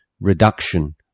Reduction